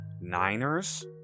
Niners